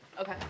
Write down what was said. Okay